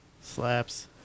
Slaps